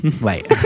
Wait